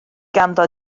ganddo